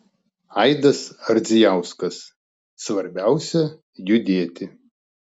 aidas ardzijauskas svarbiausia judėti